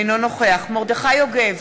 אינו נוכח מרדכי יוגב,